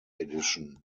edition